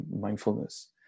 mindfulness